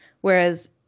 Whereas